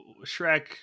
Shrek